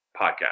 Podcast